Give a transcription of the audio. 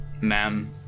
ma'am